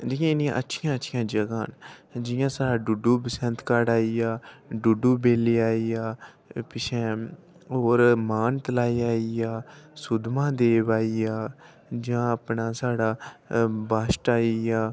इन्नियां इन्नियां अच्छियां अच्छियां जगहां न जि'यां साढ़ा डुडू बसंतगढ़ आई गेआ डुडू बेल्लिया आई गेआ पिच्छैं होर मान तलाई आई गेआ सुद्धमहादेव आई गेआ जां अपना साढ़ा बास्ट आई गेआ